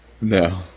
No